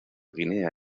guinea